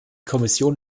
kommission